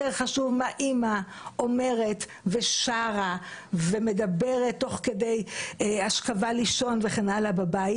יותר חשוב מה אימא אומרת ושרה ומדברת תוך כדי השכבה לישון בבית.